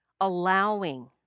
allowing